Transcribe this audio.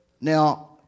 now